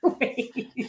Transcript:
wait